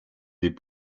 des